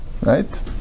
Right